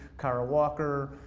kara walker,